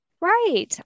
Right